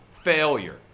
failure